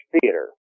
Theater